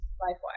Likewise